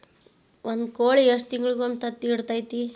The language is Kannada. ಒಂದ್ ಕೋಳಿ ಎಷ್ಟ ತಿಂಗಳಿಗೊಮ್ಮೆ ತತ್ತಿ ಇಡತೈತಿ?